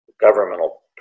governmental